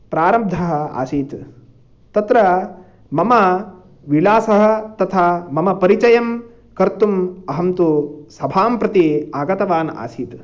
प्रारब्धा असीत् तत्र मम विलासः तथा मम परिचयं कर्तुम् अहं तु सभां प्रति आगतवान् आसीत्